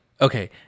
Okay